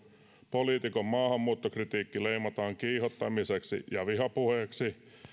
poliitikon maahanmuuttokritiikki leimataan kiihottamiseksi ja vihapuheeksi